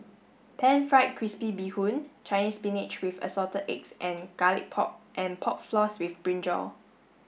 Pan Fried Crispy Bee Hoon Chinese spinach with assorted eggs and garlic pork and pork floss with brinjal